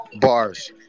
Bars